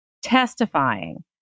testifying